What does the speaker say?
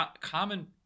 common